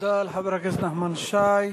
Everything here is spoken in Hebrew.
תודה לחבר הכנסת נחמן שי.